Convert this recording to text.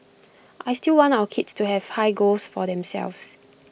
I still want our kids to have high goals for themselves